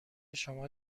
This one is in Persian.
شما